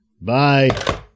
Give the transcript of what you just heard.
Bye